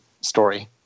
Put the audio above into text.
story